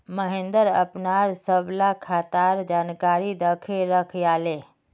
महेंद्र अपनार सबला खातार जानकारी दखे रखयाले